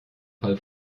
fall